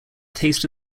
taste